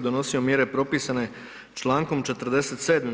donosio mjere propisane čl. 47.